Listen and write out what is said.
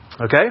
Okay